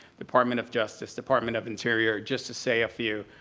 department of justice, department of interior, just to say a few.